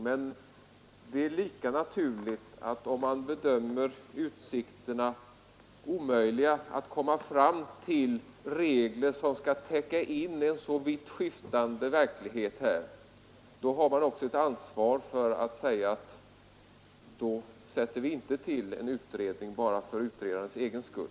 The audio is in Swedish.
Men om man bedömer utsikterna vara små när det gäller att komma fram till regler som skall täcka in en vitt skiftande verklighet, är det lika naturligt att man säger nej till en utredning enbart för utredandets egen skull.